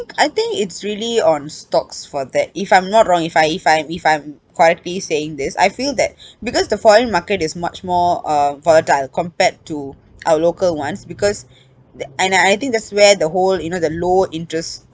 I think it's really on stocks for that if I'm not wrong if I if I if I'm correctly saying this I feel that because the foreign market is much more uh volatile compared to our local ones because and I I think that's where the whole you know the low interest